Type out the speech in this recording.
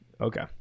okay